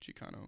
Chicano